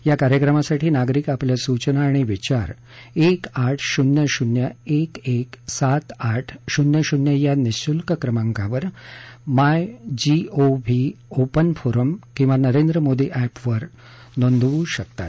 या कार्यक्रमासाठी नागरिक आपल्या सूचना आणि विचार एक आठ शून्य शून्य एक एक सात आठ शून्य शून्य या निशुल्क क्रमांकावर My G O V open forum किवा नरेंद्र मोदी अॅप वर नोंदवू शकतात